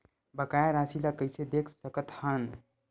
बकाया राशि ला कइसे देख सकत हान?